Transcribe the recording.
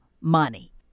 money